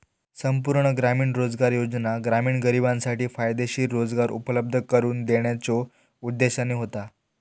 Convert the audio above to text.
संपूर्ण ग्रामीण रोजगार योजना ग्रामीण गरिबांसाठी फायदेशीर रोजगार उपलब्ध करून देण्याच्यो उद्देशाने होता